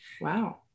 Wow